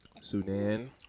Sudan